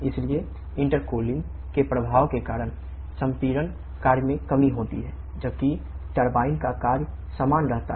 इसलिए इंटेरकूलिंग है